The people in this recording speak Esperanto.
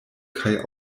kaj